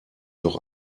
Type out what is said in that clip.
noch